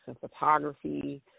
photography